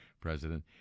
president